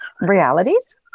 realities